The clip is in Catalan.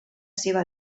seva